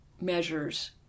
measures